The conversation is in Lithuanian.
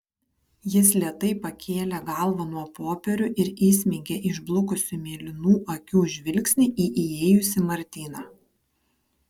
jis lėtai pakėlė galvą nuo popierių ir įsmeigė išblukusių mėlynų akių žvilgsnį į įėjusį martyną